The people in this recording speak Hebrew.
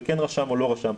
וכן רשם או לא רשם.